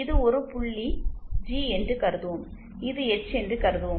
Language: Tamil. இது ஒரு புள்ளி ஜி என்று கருதுவோம் இது எச் என்று கருதுவோம்